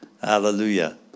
Hallelujah